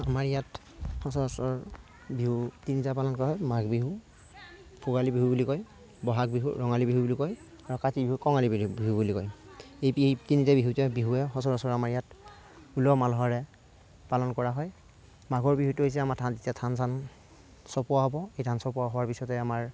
আমাৰ ইয়াত সচৰাচৰ বিহু তিনিটা পালন কৰা হয় মাঘ বিহু ভোগালী বিহু বুলি কয় বহাগ বিহুক ৰঙালী বিহু বুলি কয় আৰু কাতি বিহুক কঙালী বিহু বুলি কয় এই তিনিটা বিহুতে বিহুৱে সচৰাচৰ আমাৰ ইয়াত উলহ মালহেৰে পালন কৰা হয় মাঘৰ বিহুটো হৈছে আমাৰ ধান যেতিয়া ধান চান চপোৱা হ'ব সেই ধান চপোৱা হোৱাৰ পিছতে আমাৰ